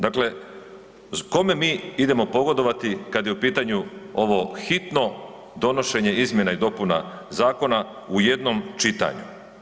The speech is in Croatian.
Dakle, kome mi idemo pogodovati kad je u pitanju ovog hitno donošenje izmjena i dopuna zakona u jednom čitanju?